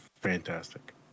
fantastic